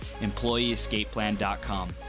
EmployeeEscapePlan.com